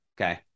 Okay